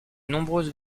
nombreuses